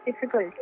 difficult